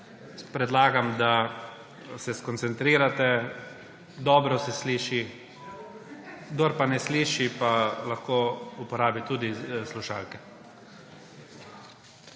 Predlagam, da se skoncentrirate, dobro se sliši, kdor ne sliši, pa lahko uporabi tudi slušalke.